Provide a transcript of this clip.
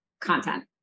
content